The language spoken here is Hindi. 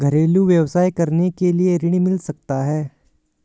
घरेलू व्यवसाय करने के लिए ऋण मिल सकता है?